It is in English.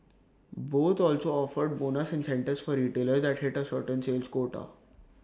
both also offered bonus incentives for retailers that hit A certain sales quota